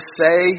say